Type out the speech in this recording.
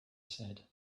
said